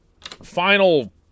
final